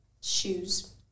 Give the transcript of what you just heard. shoes